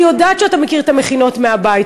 אני יודעת שאתה מכיר את המכינות מהבית.